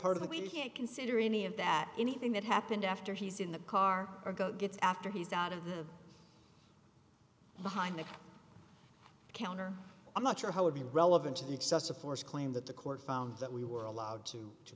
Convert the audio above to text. it we can't consider any of that anything that happened after he's in the car or go gets after he's out of the behind the counter i'm not sure how would be relevant to the excessive force claim that the court found that we were allowed to to